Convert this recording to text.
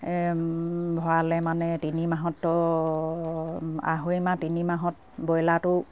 ভৰালে মানে তিনিমাহততো আঢ়ৈ মাহ তিনি মাহত ব্ৰইলাৰটো